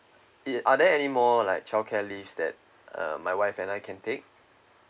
it are there any more like childcare leave that uh my wife and I can take